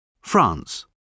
France